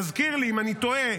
יזכירו לי אם אני טועה,